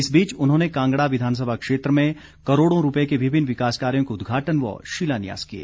इस बीच उन्होंने कांगड़ा विधानसभा क्षेत्र में करोड़ों रुपये के विभिन्न विकास कार्यो के उद्घाटन व शिलान्यास किए